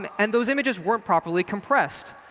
um and those images weren't properly compressed.